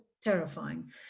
terrifying